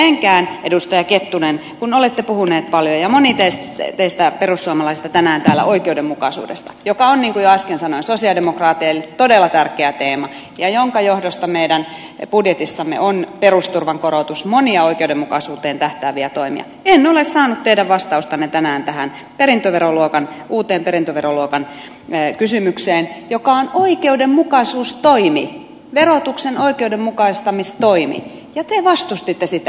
ja edelleenkään edustaja kettunen kun olette puhunut paljon ja moni teistä perussuomalaisista tänään täällä oikeudenmukaisuudesta joka on niin kuin jo äsken sanoin sosialidemokraateille todella tärkeä teema ja jonka johdosta meidän budjetissamme on perusturvan korotus monia oikeudenmukaisuuteen tähtääviä toimia en ole saanut teidän vastaustanne tänään tähän uuden perintöveroluokan kysymykseen joka on oikeudenmukaisuustoimi verotuksen oikeudenmukaistamistoimi ja te vastustitte sitä